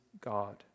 God